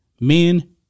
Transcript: Men